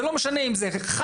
זה לא משנה אם היא חד-שנתית,